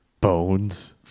Bones